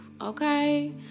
okay